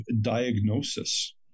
diagnosis